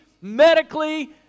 medically